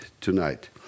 tonight